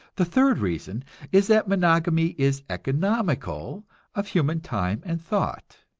the third reason is that monogamy is economical of human time and thought.